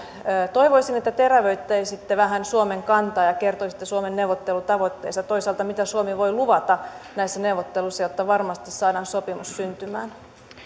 toivoisin että terävöittäisitte vähän suomen kantaa ja kertoisitte suomen neuvottelutavoitteista toisaalta mitä suomi voi luvata näissä neuvotteluissa jotta varmasti saadaan sopimus syntymään